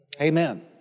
Amen